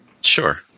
Sure